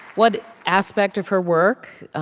what aspect of her work?